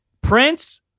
Prince